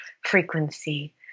frequency